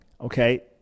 okay